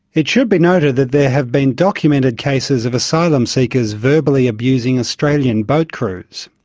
it should be noted that there have been documented cases of asylum seekers verbally abusing australian boat crews.